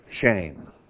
shame